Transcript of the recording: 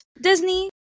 Disney